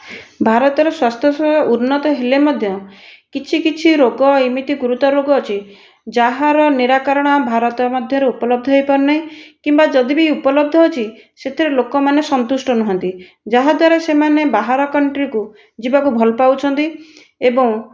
ଭାରତର ସ୍ଵାସ୍ଥ୍ୟସେବା ଉନ୍ନତ ହେଲେ ମଧ୍ୟ କିଛି କିଛି ରୋଗ ଏମିତି ଗୁରୁତର ରୋଗ ଅଛି ଯାହାର ନିରାକରଣ ଭାରତ ମଧ୍ୟରେ ଉପଲବ୍ଧ ହୋଇପାରୁନାହିଁ କିମ୍ବା ଯଦି ବି ଉପଲବ୍ଧ ହେଉଛି ସେଥିରେ ଲୋକମାନେ ସନ୍ତୁଷ୍ଟ ନୁହନ୍ତି ଯାହାଦ୍ୱାରା ସେମାନେ ବାହାର କଣ୍ଟ୍ରିକୁ ଯିବାକୁ ଭଲ ପାଉଛନ୍ତି ଏବଂ